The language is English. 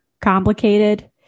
complicated